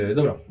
Dobra